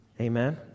Amen